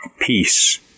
Peace